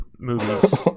movies